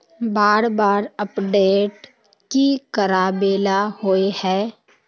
बार बार अपडेट की कराबेला होय है?